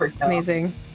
Amazing